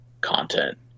content